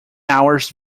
hours